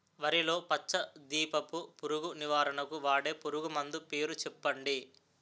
వరిలో పచ్చ దీపపు పురుగు నివారణకు వాడే పురుగుమందు పేరు చెప్పండి?